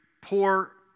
poor